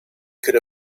could